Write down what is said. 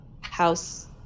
house